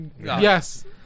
Yes